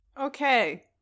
Okay